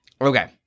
Okay